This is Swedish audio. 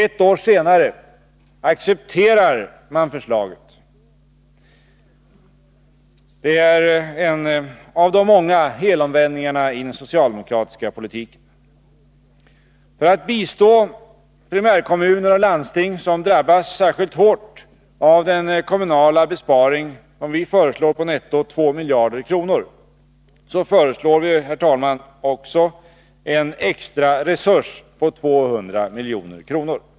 Ett år senare accepterar man förslaget. Det är en av de många helomvändningarna i den socialdemokratiska politiken. För att bistå primärkommuner och landsting som drabbas särskilt hårt av den kommunala besparing vi föreslår på netto 2 miljarder kronor, föreslår vi också, herr talman, liksom regeringen, en extra resurs på 200 milj.kr.